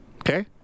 Okay